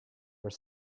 were